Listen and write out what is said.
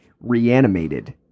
Reanimated